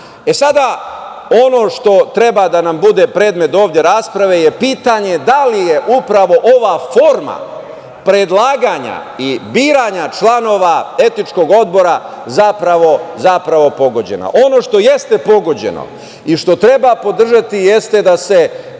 znanja. Ono što treba da nam bude predmet rasprave je pitanje da li upravo ova forma predlaganja i biranja članova etičkog odbora zapravo pogođena. Ono što jeste pogođeno i što treba podržati jeste da se